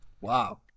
Wow